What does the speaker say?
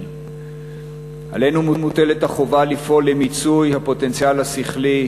עלינו מוטלת החובה לפעול למיצוי הפוטנציאל השכלי,